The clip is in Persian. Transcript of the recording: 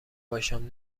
باشم